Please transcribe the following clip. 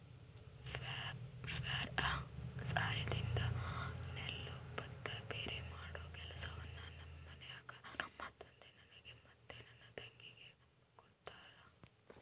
flail ಸಹಾಯದಿಂದ ನೆಲ್ಲು ಭತ್ತ ಭೇರೆಮಾಡೊ ಕೆಲಸವನ್ನ ನಮ್ಮ ಮನೆಗ ನಮ್ಮ ತಂದೆ ನನಗೆ ಮತ್ತೆ ನನ್ನ ತಂಗಿಗೆ ಕೊಡ್ತಾರಾ